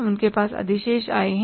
उनके पास अधिशेष आय है